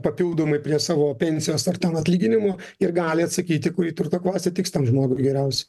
papildomai prie savo pensijos ar ten atlyginimų ir gali atsakyti kuri turto klasė tiks tam žmogui geriausia